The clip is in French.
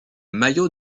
maillot